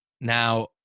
Now